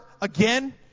again